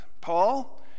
paul